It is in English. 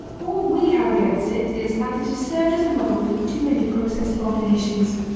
all we have against it is that it has served as the model for too many processed abominations.